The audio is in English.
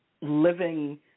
living